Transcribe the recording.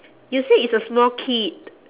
you said it's a small kid